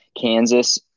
Kansas